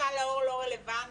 סל לאור לא רלוונטי,